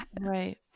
Right